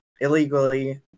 illegally